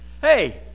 hey